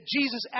Jesus